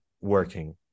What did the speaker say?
working